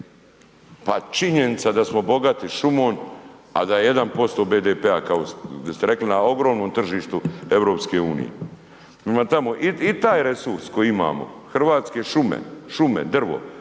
Pa činjenica da smo bogati šumom, a 1% BDP-a kako ste rekli na ogromnom tržištu EU. Prema tome, i taj resurs koje imamo hrvatske šume, šume,